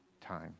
time